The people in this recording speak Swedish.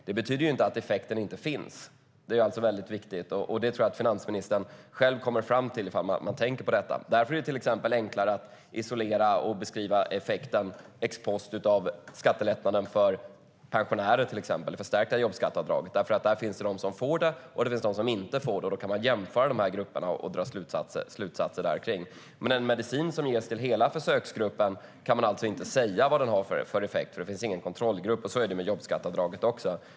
Det betyder inte att effekten inte finns. Det är väldigt viktigt att framhålla, och det tror jag att finansministern själv kommer fram till om hon tänker på detta. Därför är det till exempel enklare att isolera och beskriva ex-post-effekten av skattelättnaden för till exempel pensionärer, det förstärkta jobbskatteavdraget. Det finns de som får det och de som inte får det, och då kan man jämföra grupperna och dra slutsatser. Men en medicin som ges till hela försöksgruppen kan man alltså inte säga vad den har för effekt, för det finns ingen kontrollgrupp. Så är det med jobbskatteavdraget också.